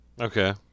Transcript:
Okay